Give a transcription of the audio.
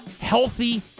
Healthy